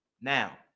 Now